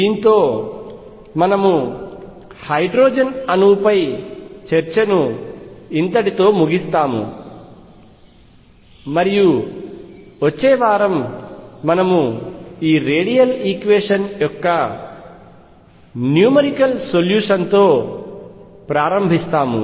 దీనితో మనము హైడ్రోజన్ అణువుపై చర్చను ఇంతటితో ముగిస్తాము మరియు వచ్చే వారం మనము ఈ రేడియల్ ఈక్వేషన్ యొక్క న్యూమెరికల్ సొల్యూషన్ తో ప్రారంభిస్తాము